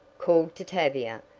called to tavia,